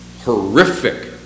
horrific